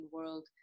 world